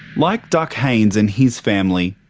like duck haines and his family,